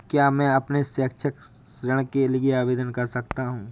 क्या मैं अपने शैक्षिक ऋण के लिए आवेदन कर सकता हूँ?